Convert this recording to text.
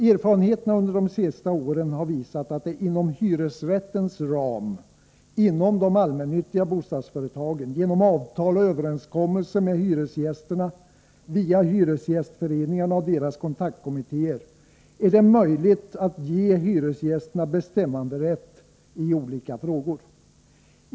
Erfarenheterna har under de senaste åren visat att det inom hyresrättens ram, inom de allmännyttiga bostadsföretagen, genom avtal och överenskommelser med hyresgästerna via hyresgästföreningarna och deras kontaktkommittéer är möjligt att ge hyresgästerna bestämmanderätt i olika frågor.